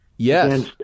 Yes